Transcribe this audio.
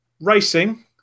racing